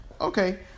Okay